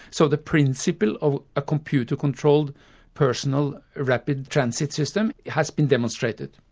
so the principle of a computer-controlled personal rapid transit system has been demonstrated.